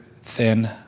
thin